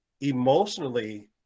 emotionally